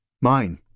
Mine